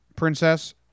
princess